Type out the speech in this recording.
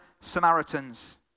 Samaritans